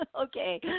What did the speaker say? Okay